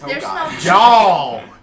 y'all